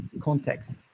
context